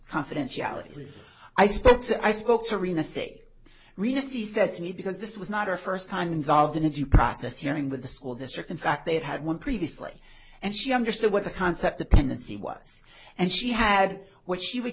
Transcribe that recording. confidentiality i spoke to i spoke to rena six reus is said to me because this was not her first time involved in a due process hearing with the school district in fact they had had one previously and she understood what the concept dependency was and she had what she would